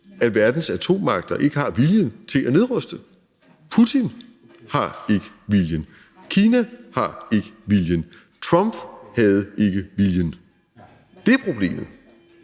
at verdens atommagter ikke har viljen til at nedruste. Putin har ikke viljen, Kina har ikke viljen, Trump havde ikke viljen; det er problemet